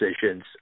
decisions